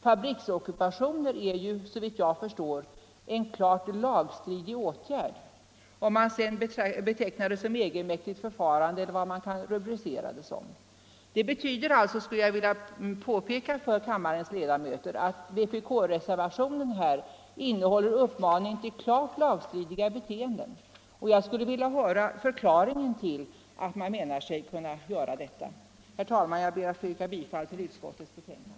Fabriksockupationer är, såvitt jag förstår, en klart lagstridig åtgärd vare sig det sedan skall betecknas som egenmäktigt förfarande eller hur det skall rubriceras. Jag skulle vilja påpeka för kammarens ledamöter att vpkreservationen alltså innehåller en uppmaning till klart lagstridiga beteenden, och jag skulle vilja höra förklaringen till att man menar sig kunna göra en sådan uppmaning. Herr talman! Jag ber att få yrka bifall till utskottets hemställan.